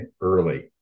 early